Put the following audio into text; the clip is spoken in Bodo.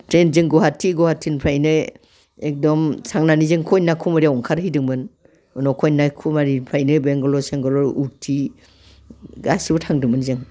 ट्रेनजों गुवाहाटि गुवाहाटिनिफ्रायनो एखदम थांनानै जों कन्याकुमारियाव ओंखारहैदोंमोन उनाव कन्याकुमारिनिफ्रायनो बेंगालर सेंगालर उटि गासैबो थांदोंमोन जों